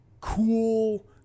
cool